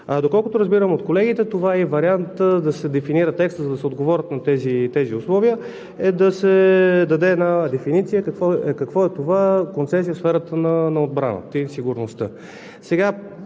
Доколкото разбирам от колегите, това е и вариантът да се дефинира текстът, за да се отговори на тези условия, да се даде дефиниция какво е това концесия в сферата на отбраната и сигурността.